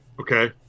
Okay